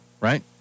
right